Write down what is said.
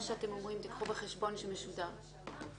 מכרזים משולבים.